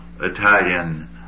Italian